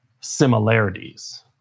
similarities